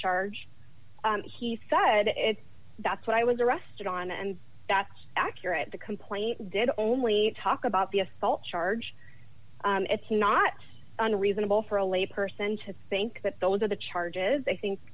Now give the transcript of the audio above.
charge he said and that's what i was arrested on and that's accurate the complaint did only talk about the assault charge it's not unreasonable for a lay person to think that those are the charges i think